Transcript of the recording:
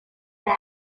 bag